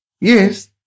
Yes